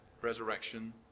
resurrection